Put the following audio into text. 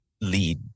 lead